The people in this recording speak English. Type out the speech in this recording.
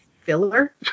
filler